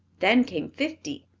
then came fifty,